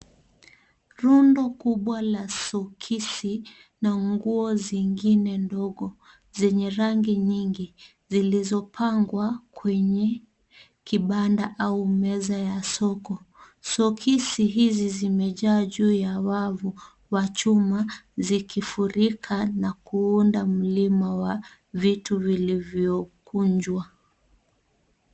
Rundo kubwa la sokisi na nguo zingine ndogo zenye rangi nyingi zilizopangwa kwenye kibanda au meza ya soko. Sokisi hizi zimejaa juu ya wavu wa chuma zikifurika na kuunda mlima wa vitu vilivyokunjwa.